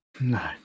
No